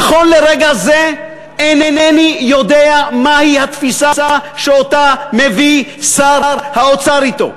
נכון לרגע זה אינני יודע מהי התפיסה שמביא שר האוצר אתו.